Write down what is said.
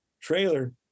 trailer